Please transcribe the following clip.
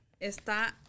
está